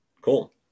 Cool